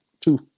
Two